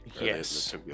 Yes